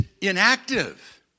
inactive